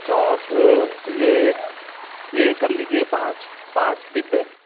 چاک یہ کر لیجیے پانچ پانچ ڈبے